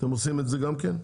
אתם עושים את זה גם כן?